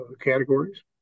categories